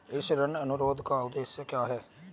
इस ऋण अनुरोध का उद्देश्य क्या है?